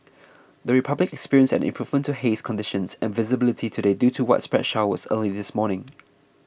the Republic experienced an improvement to haze conditions and visibility today due to widespread showers early this morning